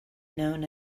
known